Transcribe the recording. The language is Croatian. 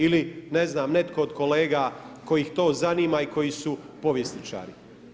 Ili ne znam, netko od kolega koje to zanima i koji su povjesničari.